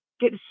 get